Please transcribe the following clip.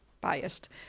biased